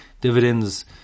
dividends